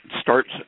starts